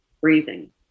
breathing